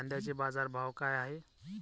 कांद्याचे बाजार भाव का हाये?